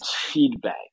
feedback